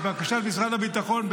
לבקשת משרד הביטחון,